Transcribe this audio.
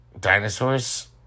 Dinosaurs